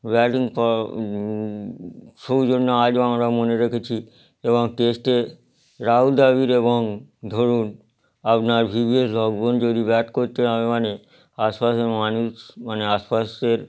batting সৌজন্য আজও আমরা মনে রেখেছি এবং টেস্টে রাহুল দ্রাবিড় এবং ধরুন আপনার ভিভিএস লক্ষ্মণ যদি ব্যাট করতে নামে মানে আশপাশের মানুষ মানে আশপাশের